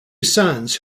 sons